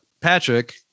Patrick